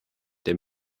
der